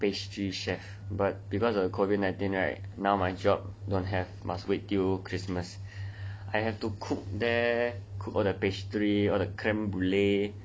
pastry chef but because of the COVID nineteen right now my job don't have must wait till christmas I have to cook there cook all the pastry all the creme brulee